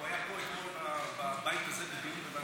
הוא היה פה אתמול בבית הזה בדיון בוועדת החוץ והביטחון.